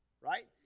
right